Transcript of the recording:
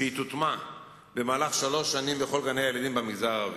שתוטמע במהלך שלוש שנים בכל גני-הילדים במגזר הערבי.